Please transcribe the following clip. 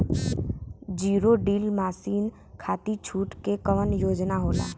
Zero till machine खाती छूट के कवन योजना होला?